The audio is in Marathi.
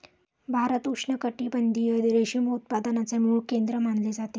भारत उष्णकटिबंधीय रेशीम उत्पादनाचे मूळ केंद्र मानले जाते